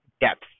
depth